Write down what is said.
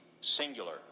singular